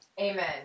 Amen